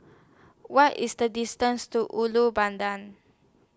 What IS The distance to Ulu Pandan